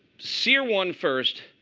sear one first,